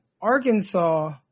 Arkansas